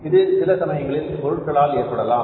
இது சில சமயங்களில் பொருட்களால் ஏற்படலாம்